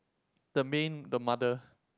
the main the mother